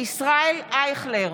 ישראל אייכלר,